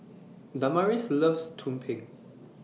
Damaris loves Tumpeng